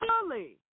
fully